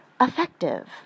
effective